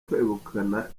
kwegukana